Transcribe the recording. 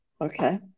okay